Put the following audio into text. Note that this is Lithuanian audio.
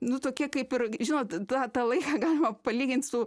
nu tokia kaip ir žinot tą tą laiką galima palygint su